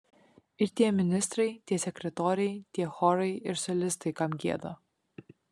ir tie ministrai tie sekretoriai tie chorai ir solistai kam gieda